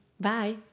Bye